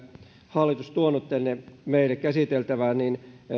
hallitus tuonut tänne meille käsiteltäväksi